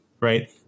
Right